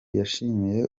yashimiye